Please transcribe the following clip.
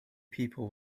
people